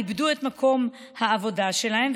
איבדו את מקום העבודה שלהם,